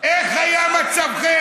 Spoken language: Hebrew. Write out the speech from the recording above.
איך היה מצבכם?